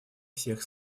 всех